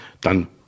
dann